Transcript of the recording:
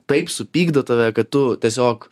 taip supykdo tave kad tu tiesiog